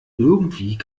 irgendwie